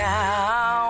now